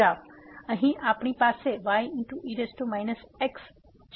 તેથી અહીં આપણી પાસે y e x છે જે રદ કરે છે